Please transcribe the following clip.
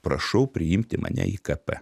prašau priimti mane į kp